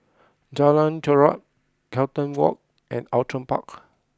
Jalan Chorak Carlton Walk and Outram Park